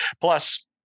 Plus